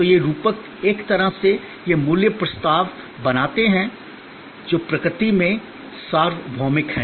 तो ये रूपक एक तरह से यह मूल्य प्रस्ताव बनाते हैं जो प्रकृति में सार्वभौमिक हैं